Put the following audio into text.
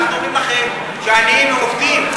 ואנחנו אומרים לכם שהעניים עובדים,